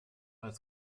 als